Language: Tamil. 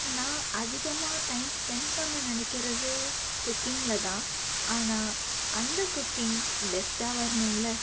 நான் அதிகமாக டைம் ஸ்பென்ட் பண்ண நினைக்கறது குக்கிங்கில் தான் ஆனால் அந்த குக்கிங் பெஸ்ட்டாக வரணும்ல